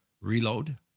Reload